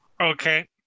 Okay